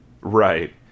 right